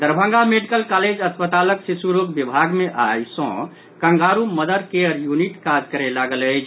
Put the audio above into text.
Darbhanga medical college अस्पतालक शिशु रोग विभाग मे आइ सँ कंगारू मदर केयर यूनिट काज करय लागल अछि